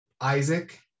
Isaac